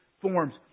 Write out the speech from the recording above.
forms